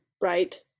right